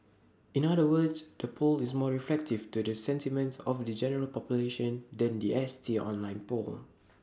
in other words the poll is more reflective to the sentiments of the general population than The S T online poll